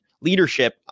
leadership